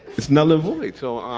it's nullable. it's so um